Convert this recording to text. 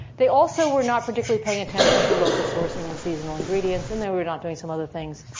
they also were not particularly paying attention to local sourcing and seasonal ingredients, and they were not doing some other things.